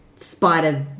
spider